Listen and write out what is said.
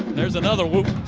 there's another whoop.